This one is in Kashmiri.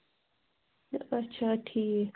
اَچھا ٹھیٖک